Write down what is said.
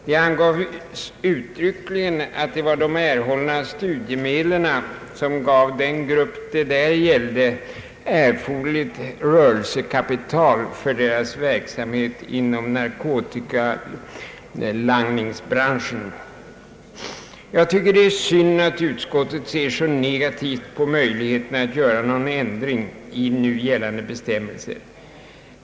Det angav uttryckligen att det var de erhållna studiemedlen som gav den grupp det här gällde erforderligt rörelsekapital för sin verksamhet inom narkotikalangningsbranschen. Jag tycker det är synd att utskottet ser så negativt på möjligheterna att göra någon ändring i nu gällande bestämmelser.